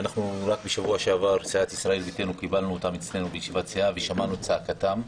בשבוע שעבר סיעת ישראל ביתנו כיבדנו אותם ושמענו את צעקתם,